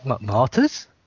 martyrs